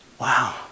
Wow